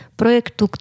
projektu